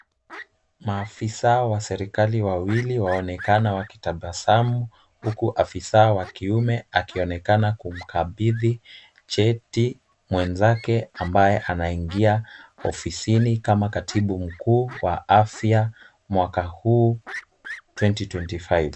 Maafisa wa serikali wawili waonekana wakitabasamu, huku afisa wa kiume akionekana kumkabidhi cheti mwenzake ambaye anaingia ofisini kama katibu mkuu katika mwaka huu 2025.